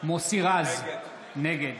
מוסי רז, נגד